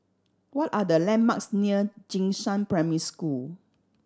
what are the landmarks near Jing Shan Primary School